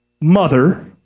mother